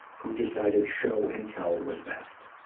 who decided show and tell was best.